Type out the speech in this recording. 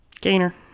Gainer